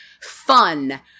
fun